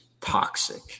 toxic